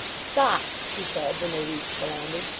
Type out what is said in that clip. stop! he said, when they reached the landing.